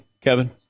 Kevin